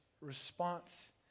response